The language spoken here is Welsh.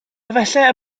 efallai